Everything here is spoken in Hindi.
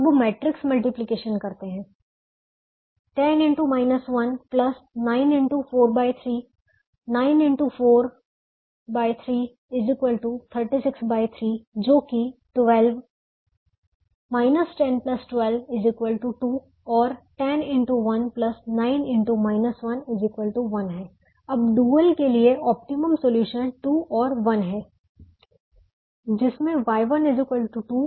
और अब मैट्रिक्स मल्टीप्लिकेशन करते हैं 9 x 43 9 x 4 3 36 3 जो कि 12 10 12 2 और 1 है अब डुअल के लिए ऑप्टिमम सोल्यूशन 2 और 1 है जिसमें Y12 Y2 1